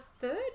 third